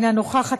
אינה נוכחת,